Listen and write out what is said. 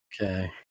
Okay